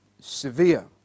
severe